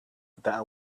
that